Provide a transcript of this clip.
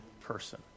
person